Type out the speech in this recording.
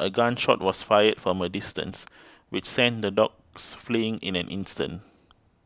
a gun shot was fired from a distance which sent the dogs fleeing in an instant